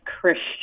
Christian